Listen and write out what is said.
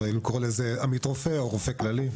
אם קוראים לזה עמית רופא או רופא כללי.